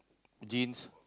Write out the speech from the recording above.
jeans